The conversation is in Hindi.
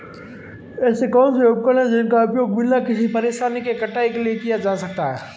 ऐसे कौनसे उपकरण हैं जिनका उपयोग बिना किसी परेशानी के कटाई के लिए किया जा सकता है?